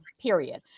period